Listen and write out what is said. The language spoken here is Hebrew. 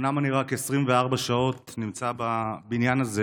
אומנם אני נמצא בבניין הזה